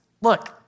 look